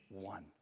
one